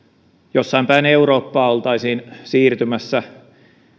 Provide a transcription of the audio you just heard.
jossain päin eurooppaa oltaisiin siirtymässä